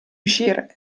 uscire